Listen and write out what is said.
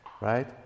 right